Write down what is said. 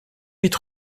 vite